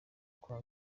kwa